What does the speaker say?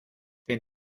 den